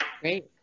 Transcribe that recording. Great